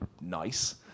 nice